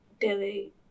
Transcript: daily